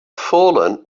fallen